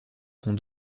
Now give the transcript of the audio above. sont